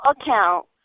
account